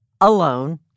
alone